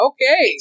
Okay